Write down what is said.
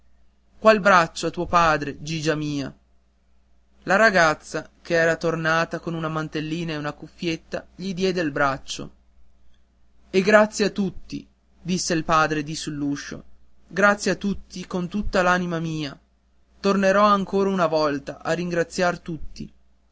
qua il braccio a tuo padre gigia mia la ragazza ch'era tornata con una mantellina e una cuffietta gli diede il braccio e grazie a tutti disse il padre di sull'uscio grazie a tutti con tutta l'anima mia tornerò ancora una volta a ringraziar tutti